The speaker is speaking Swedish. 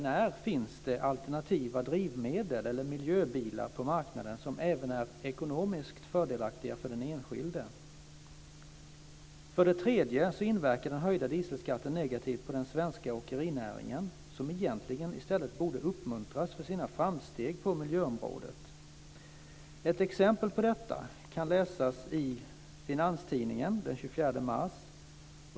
När finns det alternativa drivmedel eller miljöbilar på marknaden som även är ekonomiskt fördelaktiga för den enskilde? För det tredje inverkar den höjda dieselskatten negativt på den svenska åkerinäringen, som egentligen i stället borde uppmuntras för sina framsteg på miljöområdet. Ett exempel på detta kan läsas i Finanstidningen från den 24 mars.